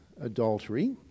adultery